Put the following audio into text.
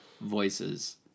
voices